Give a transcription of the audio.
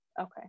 Okay